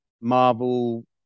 Marvel